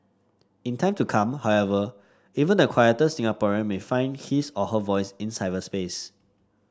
in time to come however even the quieter Singaporean may find his or her voice in cyberspace